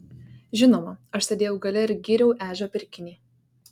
žinoma aš sėdėjau gale ir gyriau ežio pirkinį